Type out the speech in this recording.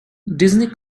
disney